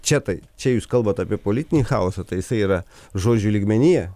čia taip čia jūs kalbat apie politinį chaosą tai jisai yra žodžių lygmenyje